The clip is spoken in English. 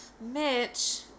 Mitch